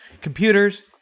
computers